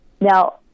Now